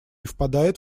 впадает